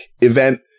event